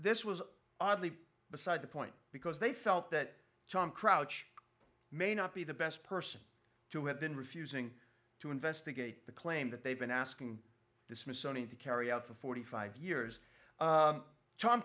this was oddly beside the point because they felt that tom crouch may not be the best person to have been refusing to investigate the claim that they've been asking the smithsonian to carry out for forty five years